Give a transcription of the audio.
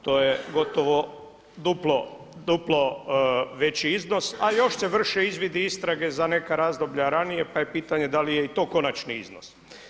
To je gotovo duplo veći iznos a još se vrše izvidi, istrage za neka razdoblja ranije, pa je pitanje da li je i to konačni iznos.